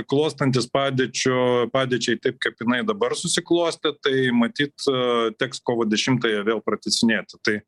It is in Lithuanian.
klostantis padėčio padėčiai taip kaip jinai dabar susiklostė tai matyt teks kovo dešimtąją vėl pratęsinėti tai